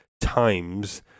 times